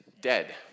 dead